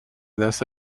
دست